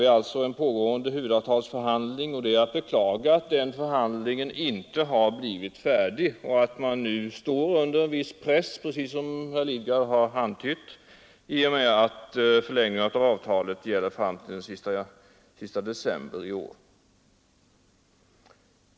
Vi har alltså en pågående huvudavtalsförhandling, och det är att beklaga att den förhandlingen inte har blivit färdig och att man nu står under en viss press, precis som herr Lidgard har antytt, i och med att förlängningen av avtalet gäller fram t.o.m. den sista december i år.